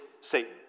Satan